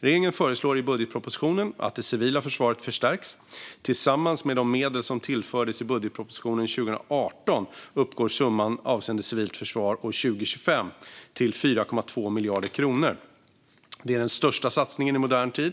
Regeringen föreslår i budgetpropositionen att det civila försvaret ska förstärkas. Tillsammans med de medel som tillfördes i budgetpropositionen 2018 uppgår summan avseende civilt försvar år 2025 till 4,2 miljarder kronor. Det är den största satsningen i modern tid.